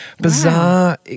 bizarre